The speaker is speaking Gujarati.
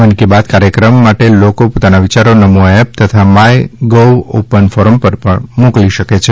મન કી બાત કાર્યક્રમ માટે લોકો પોતાના વિયારી નમો એપ અથવા માય ગોવ ઓપન ફોરમ પર પણ મોકલી શકે છે